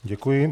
Děkuji.